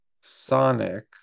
Sonic